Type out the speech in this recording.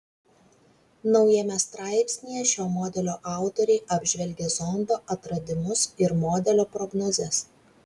naujame straipsnyje šio modelio autoriai apžvelgia zondo atradimus ir modelio prognozes